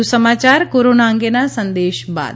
વધુ સમાચાર કોરોના અંગેના આ સંદેશ બાદ